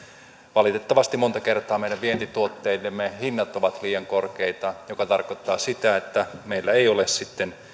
valitettavasti monta kertaa meidän vientituotteidemme hinnat ovat liian korkeita mikä tarkoittaa sitä että meillä ei ole sitten